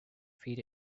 feed